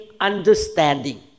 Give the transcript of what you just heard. understanding